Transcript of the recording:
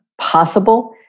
possible